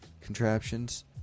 contraptions